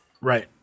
Right